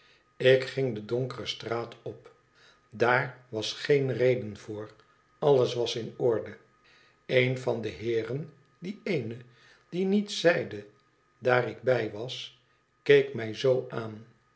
lik ging de donkere straat op daar was geen reden voor alles was in orde leen van de heeren die eene die niets zeide daar ik bij was keek mij zoo aan